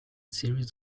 series